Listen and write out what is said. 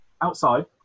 Outside